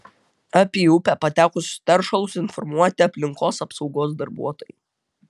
apie į upę patekusius teršalus informuoti aplinkos apsaugos darbuotojai